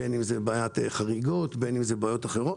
בין אם לגבי בעיית חריגות ובין אם לגבי בעיות אחרות.